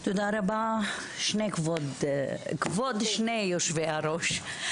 תודה רבה כבוד שני יושבי הראש.